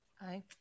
Aye